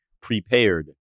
prepared